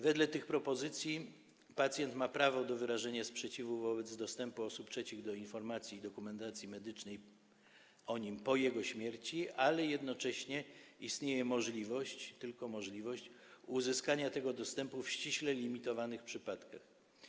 Wedle tych propozycji pacjent ma prawo do wyrażenia sprzeciwu wobec dostępu osób trzecich do dokumentacji medycznej i informacji o nim po jego śmierci, ale jednocześnie istnieje możliwość, tylko możliwość, uzyskania tego dostępu w ściśle limitowanych przypadkach.